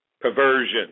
perversion